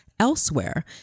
Elsewhere